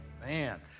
Man